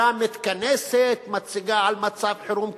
שהממשלה מתכנסת, מציגה מצב חירום כלכלי,